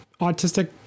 Autistic